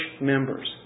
members